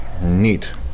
neat